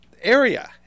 area